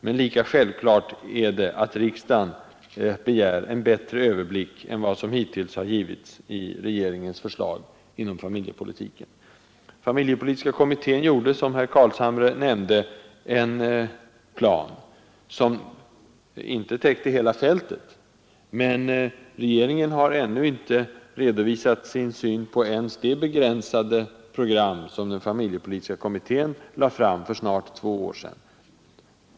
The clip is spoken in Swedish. Men lika självklart är det att riksdagen kan göra anspråk på en bättre överblick än vad som hittills har givits i regeringens förslag på familjepolitikens område. Familjepolitiska kommittén gjorde, som herr Carlshamre nämnde, en plan som dock inte täckte hela fältet. Men regeringen har ännu inte redovisat sin syn på det begränsade program, som familjepolitiska kommittén lade fram för snart två år sedan.